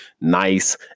nice